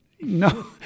No